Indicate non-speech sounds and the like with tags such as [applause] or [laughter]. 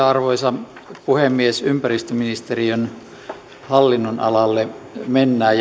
[unintelligible] arvoisa puhemies ympäristöministeriön hallinnonalalle mennään [unintelligible]